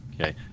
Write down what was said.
Okay